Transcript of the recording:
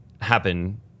happen